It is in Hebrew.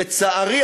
לצערי,